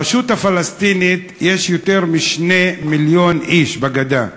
ברשות הפלסטינית יש יותר מ-2 מיליון איש, בגדה,